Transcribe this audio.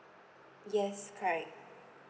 yes correct